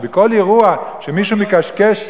שבכל אירוע שמישהו מקשקש,